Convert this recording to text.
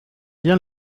bien